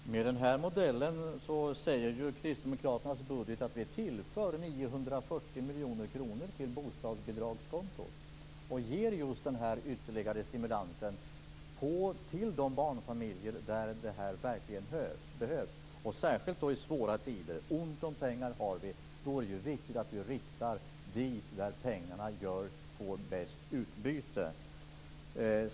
Fru talman! Med den här modellen, säger kristdemokraternas budget, tillför vi 940 miljoner kronor till bostadsbidragskontot och ger just denna ytterligare stimulans till de barnfamiljer där detta verkligen behövs, särskilt i svåra tider. Ont om pengar har vi, och då är det viktigt att vi riktar pengarna dit där de ger bäst utbyte.